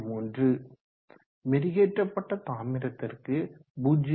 33 மெருகேற்றப்பட்ட தாமிரத்திற்கு 0